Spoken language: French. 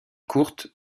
courtes